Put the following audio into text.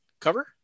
cover